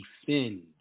defend